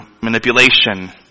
manipulation